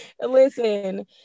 listen